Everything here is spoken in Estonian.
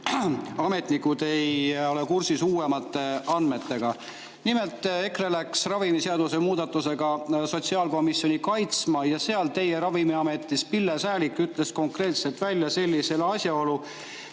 ametnikud ei ole kursis uuemate andmetega. Nimelt, EKRE läks ravimiseaduse muudatust sotsiaalkomisjoni kaitsma ja seal Pille Säälik Ravimiametist ütles konkreetselt välja sellise asjaolu,